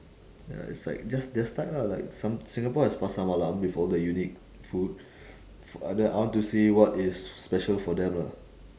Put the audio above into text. ya it's like just their style lah like some singapore has pasar malam with all the unique food f~ ada I want to see what is special for them lah